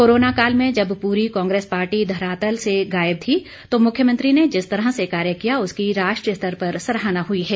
corona काल में जब पूरी कांग्रेस पार्टी धरातल से गायब थी तो मुख्यमंत्री ने जिस तरह से कार्य किया उसकी राष्ट्रीय स्तर पर सराहना हुई है